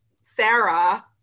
sarah